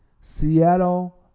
Seattle